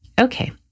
Okay